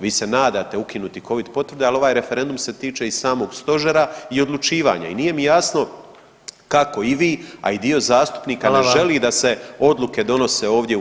Vi se nadate ukinuti covid potvrde, ali ovaj referendum se tiče i samog stožera i odlučivanja i nije mi jasno kako i vi, a i dio zastupnika ne želi da se odluke donose ovdje u HS.